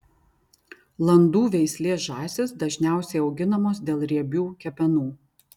landų veislės žąsys dažniausiai auginamos dėl riebių kepenų